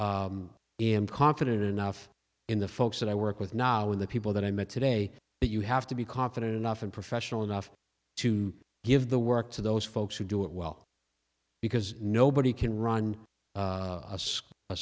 am confident enough in the folks that i work with now with the people that i met today that you have to be confident enough and professional enough to give the work to those folks who do it well because nobody can run